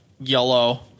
yellow